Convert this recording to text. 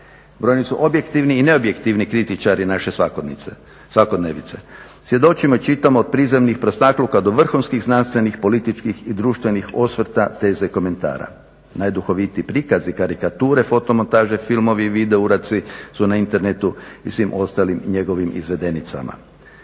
Brojni su objektivni i neobjektivni kritičari naše svakodnevnice. Svjedočimo i čitamo od prizemnih prostakluka do vrhunskih znanstvenih, političkih i društvenih osvrta, teza i komentara. Najduhovitiji prikazi karikatura, fotomontaže, filmovi, video uradci su na internetu i svim ostalim njegovim izvedenicama.